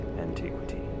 Antiquity